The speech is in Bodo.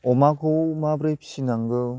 अमाखौ माब्रै फिनांगौ